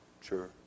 sure